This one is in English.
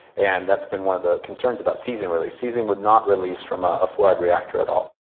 and that's been one of the concerns about caesium release. caesium would not release from a fluoride reactor at all.